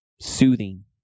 soothing